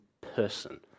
person